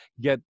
get